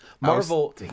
Marvel